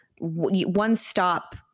one-stop –